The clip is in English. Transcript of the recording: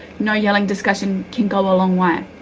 no yelling discussion can go a long way.